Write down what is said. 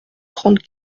trente